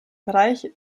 bereich